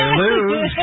lose